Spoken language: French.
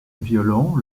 violon